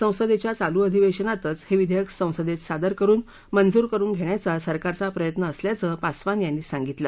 संसदेच्या चालू अधिवेशनातचं हे विघेयक संसदेत सादर करून मंजूर करून घेण्याचा सरकारचा प्रयत्न असल्याचं पासवान यांनी सांगितलं